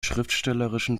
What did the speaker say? schriftstellerischen